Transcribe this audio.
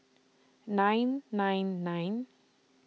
nine nine nine